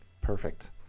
Perfect